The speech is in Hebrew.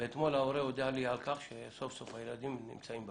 ואתמול ההורה הודיע לי על כך שסוף-סוף הילדים נמצאים בכיתה.